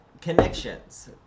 connections